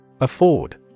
Afford